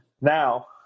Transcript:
Now